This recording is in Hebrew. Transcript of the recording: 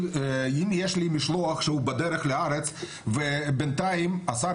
אם יש לי משלוח שהוא בדרך לארץ ובינתיים השר